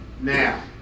Now